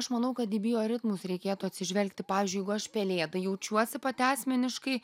aš manau kad į bioritmus reikėtų atsižvelgti pavyzdžiui jeigu aš pelėda jaučiuosi pati asmeniškai